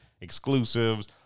exclusives